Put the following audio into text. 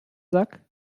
sack